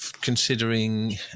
considering